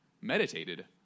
meditated